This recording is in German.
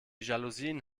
jalousien